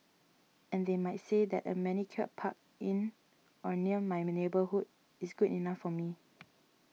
and they might say that a manicured park in or near my neighbourhood is good enough for me